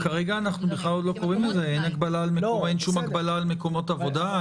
טוב, כרגע אין שום הגבלה על מקומות עבודה.